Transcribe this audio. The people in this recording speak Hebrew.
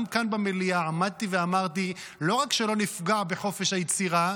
וגם כאן במליאה עמדתי ואמרתי: לא רק שלא נפגע בחופש היצירה,